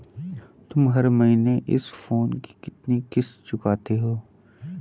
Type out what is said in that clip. तुम हर महीने इस फोन की कितनी किश्त चुकाते हो?